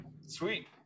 Sweet